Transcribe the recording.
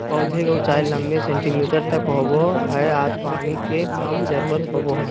पौधा के ऊंचाई नब्बे सेंटीमीटर तक होबो हइ आर पानी के कम जरूरत होबो हइ